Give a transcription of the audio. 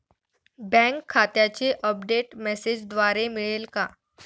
Bank खात्याचे update मेसेजद्वारे मिळेल का?